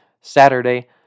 Saturday